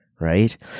right